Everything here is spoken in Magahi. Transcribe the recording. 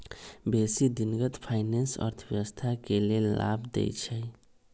बेशी दिनगत फाइनेंस अर्थव्यवस्था के लेल लाभ देइ छै